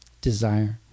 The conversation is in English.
desire